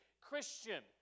Christian